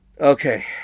Okay